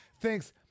thinks